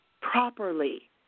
properly